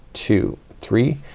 two, three,